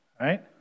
right